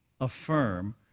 affirm